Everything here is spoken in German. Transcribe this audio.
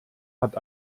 hat